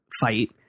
fight